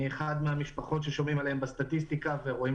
אני אחד מהמשפחות ששומעים עליהן בסטטיסטיקה ורואים